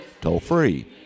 toll-free